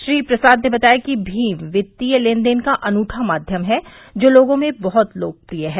श्री प्रसाद ने बताया कि भीम वित्तीय लेन देन का अनूता माध्यम है जो लोगों में बहुत लोकप्रिय है